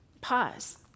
pause